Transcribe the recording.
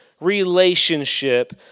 relationship